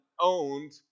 owned